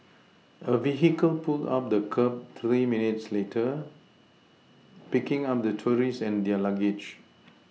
a vehicle pulled up by the kerb three minutes later picking up the tourists and their luggage